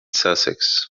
sussex